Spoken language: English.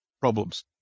problems